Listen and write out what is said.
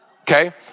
Okay